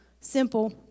Simple